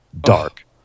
Dark